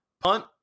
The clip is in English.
Punt